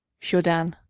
jourdain.